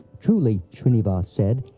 truly, shrinivas said,